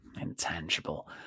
Intangible